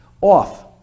off